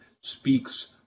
speaks